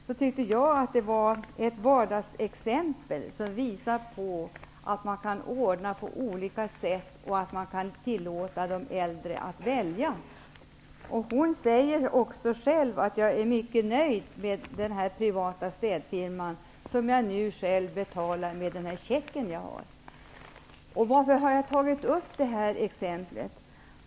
Det är ett vardagsexempel som visar att man kan ordna på olika sätt och att man kan tillåta de äldre att välja. Gulli Lundborg säger själv: Jag är mycket nöjd med den privata städfirman, som jag nu betalar med den här checken. Varför har jag tagit upp det här exemplet?